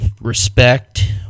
respect